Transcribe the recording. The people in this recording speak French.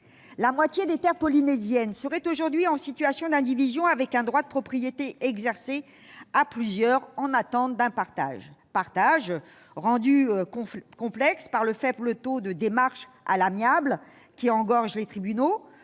La moitié des terres polynésiennes seraient aujourd'hui en situation d'indivision, avec un droit de propriété exercé à plusieurs en attente d'un partage, rendu complexe par le faible taux de démarches à l'amiable, qui amène un engorgement des tribunaux,